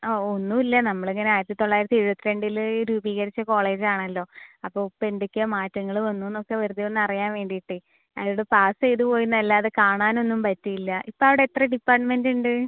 ആ ഒന്നുമില്ല നമ്മൾ ഇങ്ങനെ ആയിരത്തി തൊള്ളായിരത്തി എഴുപത്തിരണ്ടിൽ രൂപീകരിച്ച കോളേജ് ആണല്ലോ അപ്പോൾ ഇപ്പം എന്തൊക്കെയാണ് മാറ്റങ്ങൾ വന്നു എന്നൊക്കെ വെറുതെ ഒന്ന് അറിയാൻ വേണ്ടിയിട്ടേ ഞാനിവിടെ പാസ് ചെയ്ത് പോയി എന്നല്ലാതെ കാണാനൊന്നും പറ്റിയില്ല ഇപ്പം അവിടെ എത്ര ഡിപ്പാർട്ട്മെന്റ് ഉണ്ട്